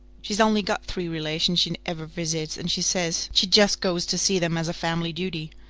she's only got three relations she ever visits and she says she just goes to see them as a family duty.